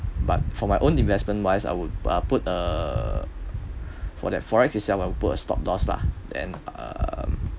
but for my own investment wise I would uh put uh for that Forex itself I'd put a stop lost lah then um